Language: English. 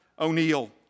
O'Neill